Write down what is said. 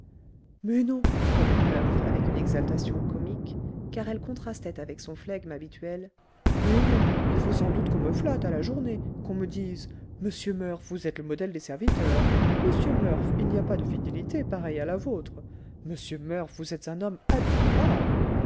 mais non reprit murph avec une exaltation comique car elle contrastait avec son flegme habituel mais non il faut sans doute qu'on me flatte à la journée qu'on me dise monsieur murph vous êtes le modèle des serviteurs monsieur murph il n'y a pas de fidélité pareille à la vôtre monsieur murph vous êtes un homme admirable